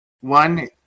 One